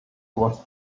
was